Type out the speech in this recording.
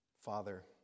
Father